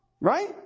right